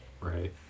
Right